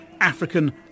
African